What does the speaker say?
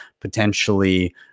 potentially